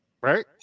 Right